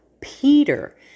Peter